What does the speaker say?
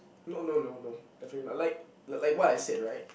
no no no no definitely not like like what I said right